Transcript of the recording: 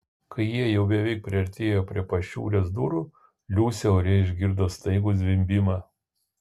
kai jie jau beveik priartėjo prie pašiūrės durų liusė ore išgirdo staigų zvimbimą